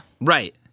Right